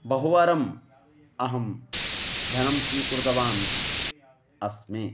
बहुवारम् अहं धनं स्वीकृतवान् अस्मि